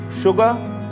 Sugar